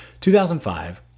2005